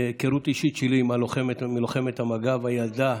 מהיכרות אישית שלי עם לוחמת המג"ב, הילדה,